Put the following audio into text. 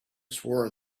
swore